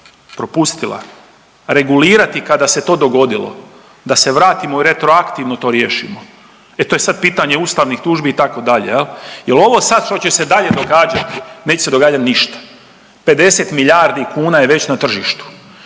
propustila regulirati kada se to dogodilo da se vratimo i retroaktivno to riješimo, e to je sad pitanje ustavnih tužbi itd. jel, jel ovo sad što će se dalje događati neće se događati ništa. 50 milijardi kuna je već na tržištu.